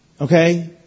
Okay